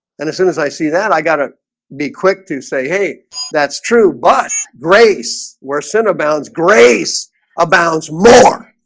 and as soon as i see that i gotta be quick to say hey that's true but grace where sin abounds grace abounds more